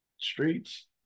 streets